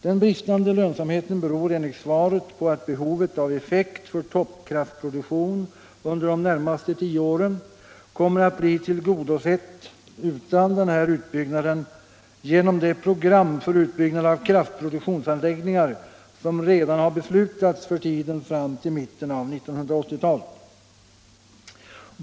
Den bristande lönsamheten beror enligt svaret på att behovet av effekt för toppkraftproduktion under de närmaste tio åren kommer att bli tillgodosett utan den här utbyggnaden genom det program för utbyggnad av kraftproduktionsanläggningar som redan har beslutats för tiden fram till mitten av 1980-talet.